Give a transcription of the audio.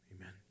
Amen